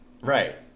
Right